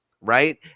right